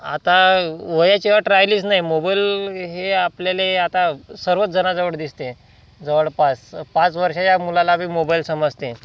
आता वयाची अट राहिलीच नाही मोबाईल हे आपल्याला आता सर्वच जणाजवळ दिसते जवळपास पाच वर्षाच्या मुलालाबी मोबाईल समजते